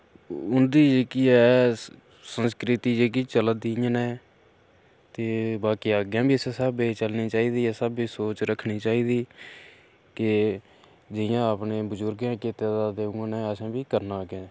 उं'दी जेह्की ऐ संस्कृति जेह्की चला दी इयां नै ते बाकी अग्गें बी इस स्हाबै दी चलनी चाहिदी इस स्हाबै दी सोच रक्खनी चाहिदी के जियां अपने बजुर्गें कीते दा ते उ'आं ने असें बी करना अग्गै